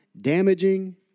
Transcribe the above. damaging